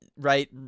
right